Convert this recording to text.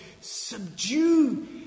subdue